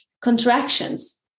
contractions